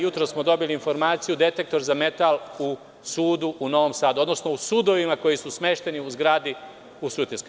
Jutros smo dobili informaciju detektor za metal u sudu u Novom Sadu, odnosno u sudovima koji su smešteni u zgradi u Sutjeskoj.